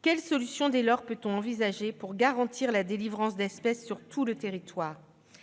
Quelles solutions peut-on dès lors envisager pour garantir la délivrance d'espèces sur tout le territoire ?